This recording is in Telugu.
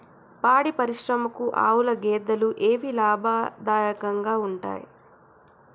పాడి పరిశ్రమకు ఆవుల, గేదెల ఏవి లాభదాయకంగా ఉంటయ్?